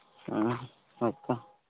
ᱚ ᱦᱮᱸᱛᱚ